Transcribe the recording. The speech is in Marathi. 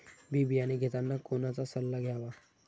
बी बियाणे घेताना कोणाचा सल्ला घ्यावा?